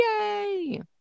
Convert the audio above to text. yay